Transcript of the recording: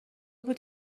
بود